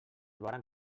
varen